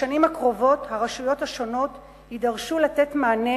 בשנים הקרובות יידרשו הרשויות השונות לתת מענה